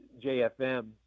JFM